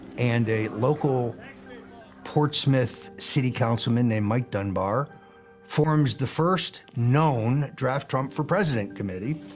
and a local portsmouth city councilman named mike dunbar forms the first known draft trump for president committee.